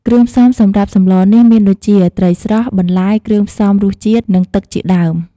គ្រឿងផ្សំសម្រាប់សម្លនេះមានដូចជា ត្រីស្រស់ បន្លែ គ្រឿងផ្សំរសជាតិ និងទឹកជាដើម។